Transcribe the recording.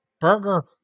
Burger